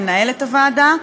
מנהלת הוועדה,